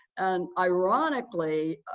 and ironically,